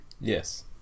Yes